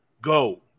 Go